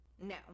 No